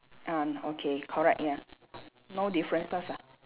ah okay correct ya no differences ah